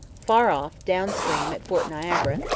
far off, down-stream, at fort niagara,